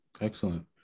Excellent